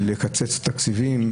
לקיצוץ תקציבים,